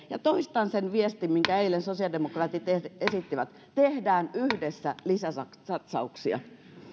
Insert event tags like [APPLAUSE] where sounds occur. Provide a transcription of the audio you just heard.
[UNINTELLIGIBLE] ja toistan sen viestin minkä eilen sosiaalidemokraatit esittivät tehdään yhdessä lisäsatsauksia